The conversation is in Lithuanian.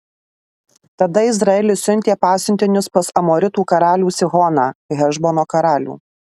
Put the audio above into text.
tada izraelis siuntė pasiuntinius pas amoritų karalių sihoną hešbono karalių